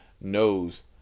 knows